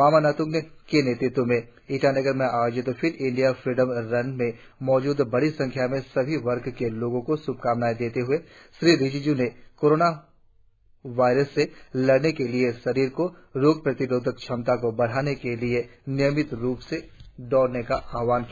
मामा नात्ंग के नेतृत्व में ईटानगर में आयोजित फिट इंडिया फ्रीडम रन में मौजूद बड़ी संख्या में सभी वर्ग के लोगो को श्भकामनाएं देते हए श्री रिजिजू ने कोरोना वायरस से लड़ने के लिए शरीर की रोग प्रतिरोधक क्षमता को बढ़ाने के लिए नियमित रुप से दोड़ने का आहवान किया